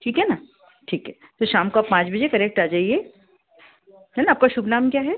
ठीक है ना ठीक है फिर शाम को आप पाँच बजे करेक्ट आ जाइए है ना आपका शुभ नाम क्या है